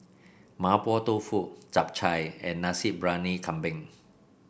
Mapo Tofu Chap Chai and Nasi Briyani Kambing